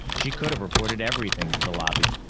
she could have reported everything to the lobby.